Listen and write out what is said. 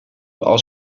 als